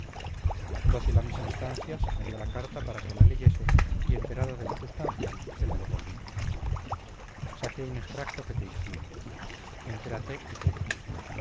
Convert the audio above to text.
dócil a mis instancias me dio la carta para que la leyese y enterada de lo substancial se la devolví saqué un extracto que te incluyo entérate y juzga